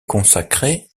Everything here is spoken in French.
consacrée